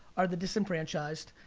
are the disenfranchised,